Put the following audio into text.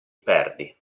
perdi